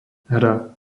hra